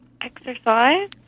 Exercise